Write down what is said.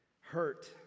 hurt